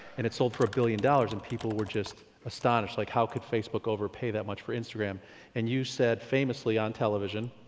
and it sold for a billion dollars and people were just astonished like how could facebook overpay that much for instagram and you said famously on television,